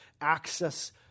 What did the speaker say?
access